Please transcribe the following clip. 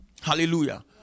Hallelujah